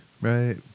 Right